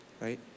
right